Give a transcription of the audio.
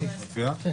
מופיעה.